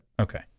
okay